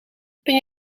ben